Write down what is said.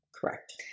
Correct